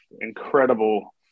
incredible